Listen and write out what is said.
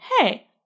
hey